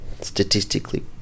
statistically